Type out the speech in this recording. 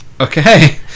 Okay